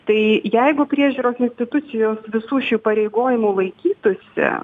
tai jeigu priežiūros institucijos visų šių įpareigojimų laikytųsi